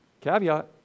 Caveat